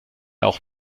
auch